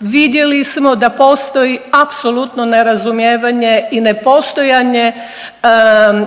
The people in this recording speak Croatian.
vidjeli smo da postoji apsolutno nerazumijevanje i nepostojanje